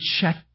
check